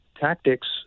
tactics